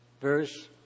Verse